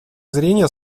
зрения